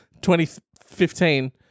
2015